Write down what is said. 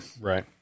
Right